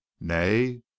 Nay